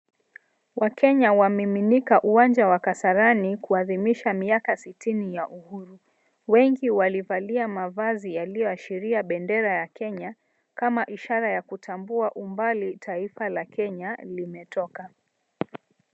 Wakenya wamiminika uwanja wa kasarani kuadhimisha miaka sitini ya uhuru, wengi walivalia mavazi yaliyoashiria bendera ya Kenya, kama ishara ya kutambua umbali taifa la Kenya limetoka.